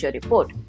report